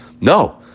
No